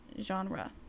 genre